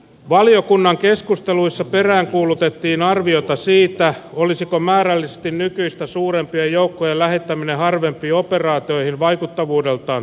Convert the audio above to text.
valiokunnan keskusteluissa peräänkuulutettiin arviota siitä olisiko määrällisesti nykyistä suurempien joukkojen lähettäminen harvempiin operaatioihin vaikuttavuudeltaan tehokkaampaa